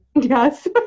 Yes